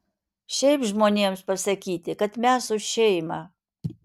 šiaip žmonėms pasakyti kad mes už šeimą